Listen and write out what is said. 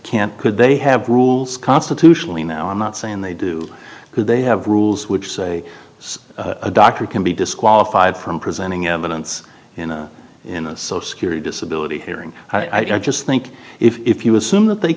can't could they have rules constitutionally now i'm not saying they do because they have rules which say a doctor can be disqualified from presenting evidence in a so security disability hearing i just think if you assume that they